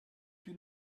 più